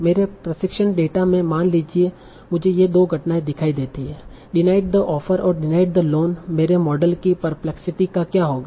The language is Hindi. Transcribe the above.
मेरे प्रशिक्षण डेटा में मान लीजिए मुझे ये दो घटनाएं दिखाई देती हैं डिनाइड द ऑफर और डिनाइड द लोन मेरे मॉडल की परप्लेक्सिटी का क्या होगा